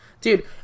Dude